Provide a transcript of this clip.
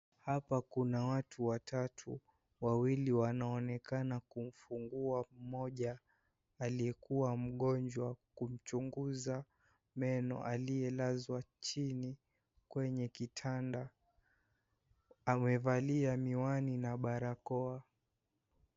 Hapa kuna watu watatu. Wawili wanaonekana kumfungua mmoja aliyekuwa mgonjwa kumchunguza meno aliyelazwa chini kwenye kitanda. Amevalia miwani na barakoa.